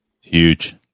Huge